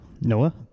Noah